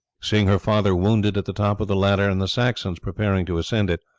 seeing her father wounded at the top of the ladder and the saxons preparing to ascend it,